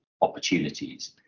opportunities